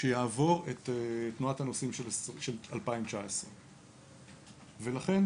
שיעבור את תנועת הנוסעים של 2019. ולכן,